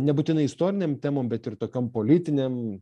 nebūtinai istorinėm temom bet ir tokiom politinėm